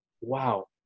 wow